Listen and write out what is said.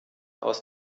aus